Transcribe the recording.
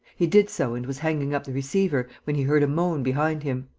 he did so and was hanging up the receiver, when he heard a moan behind him.